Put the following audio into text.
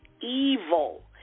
evil